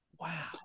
Wow